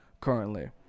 currently